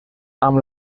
amb